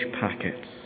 packets